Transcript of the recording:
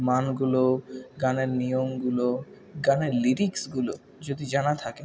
মানগুলো গানের নিয়মগুলো গানের লিরিক্সগুলো যদি জানা থাকে